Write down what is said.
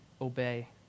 obey